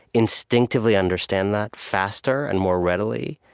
instinctively understand that faster and more readily